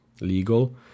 legal